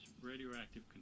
radioactive